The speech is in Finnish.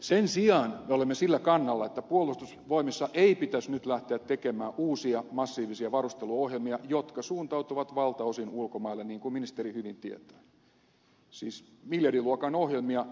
sen sijaan me olemme sillä kannalla että puolustusvoimissa ei pitäisi nyt lähteä tekemään uusia massiivisia varusteluohjelmia jotka suuntautuvat valtaosin ulkomaille niin kuin ministeri hyvin tietää siis miljardiluokan ohjelmia